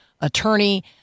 attorney